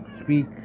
speak